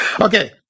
okay